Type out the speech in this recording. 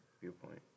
viewpoint